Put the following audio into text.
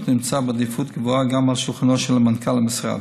ונמצא בעדיפות גבוהה גם על שולחנו של מנכ"ל המשרד.